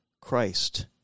Christ